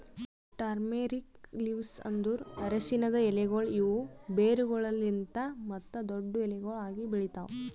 turmeric leaves ಅಂದುರ್ ಅರಶಿನದ್ ಎಲೆಗೊಳ್ ಇವು ಬೇರುಗೊಳಲಿಂತ್ ಮತ್ತ ದೊಡ್ಡು ಎಲಿಗೊಳ್ ಆಗಿ ಬೆಳಿತಾವ್